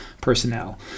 personnel